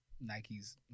Nike's